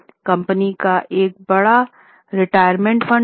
company का एक बड़ा रिटायरमेंट फंड था